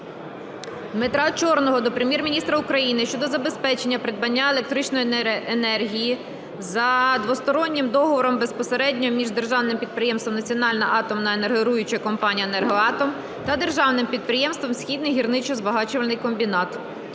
Дмитра Чорного до Прем'єр-міністра України щодо забезпечення придбання електричної енергії за двостороннім договором безпосередньо між державним підприємством "Національна атомна енергогенеруюча компанія "Енергоатом" та державним підприємством "Східний гірничо-збагачувальний комбінат".